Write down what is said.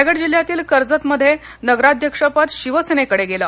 रायगड जिल्ह्यातील कर्जत मध्ये नगराध्यक्षपद शिवसेनेकडे गेलं